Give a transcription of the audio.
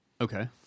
Okay